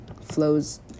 Flows